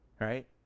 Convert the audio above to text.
Right